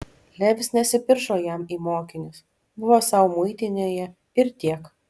levis nesipiršo jam į mokinius buvo sau muitinėje ir tiek